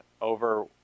over